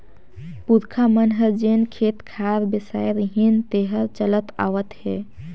पूरखा मन हर जेन खेत खार बेसाय रिहिन तेहर चलत आवत हे